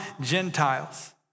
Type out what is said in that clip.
Gentiles